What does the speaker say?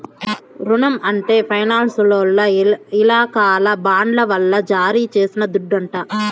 రునం అంటే ఫైనాన్సోల్ల ఇలాకాల బాండ్ల వల్ల జారీ చేసిన దుడ్డంట